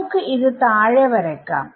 നമുക്ക് ഇത് താഴെ വരക്കാം